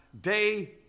day